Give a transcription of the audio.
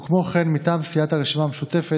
וכן מטעם סיעת הרשימה המשותפת,